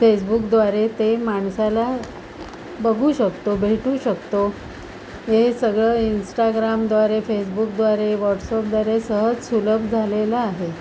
फेसबुकद्वारे ते माणसाला बघू शकतो भेटू शकतो हे सगळं इंस्टाग्रामद्वारे फेसबुकद्वारे व्हॉट्सअपद्वारे सहज सुलभ झालेलं आहे